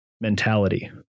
mentality